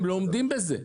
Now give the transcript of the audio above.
הם לא עומדים בזה.